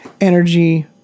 energy